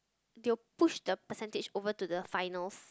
they will push the percentage over to the finals